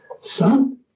son